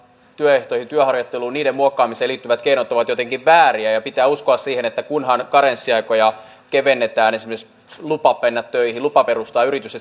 työehtojen ja työharjoittelun muokkaamiseen liittyvät keinot ovat jotenkin vääriä ja pitää uskoa siihen että kunhan karenssiaikoja kevennetään ja esimerkiksi kun on lupa mennä töihin lupa perustaa yritys se on